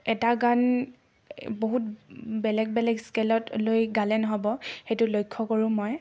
এটা গান বহুত বেলেগ বেলেগ স্কেলত লৈ গালে নহ'ব সেইটো লক্ষ্য কৰোঁ মই